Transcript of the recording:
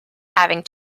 having